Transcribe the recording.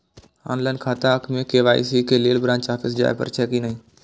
Online खाता में KYC के लेल ब्रांच ऑफिस जाय परेछै कि नहिं?